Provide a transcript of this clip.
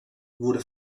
wurde